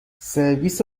سرویس